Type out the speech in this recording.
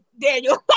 Daniel